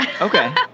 Okay